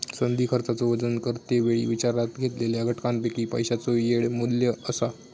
संधी खर्चाचो वजन करते वेळी विचारात घेतलेल्या घटकांपैकी पैशाचो येळ मू्ल्य असा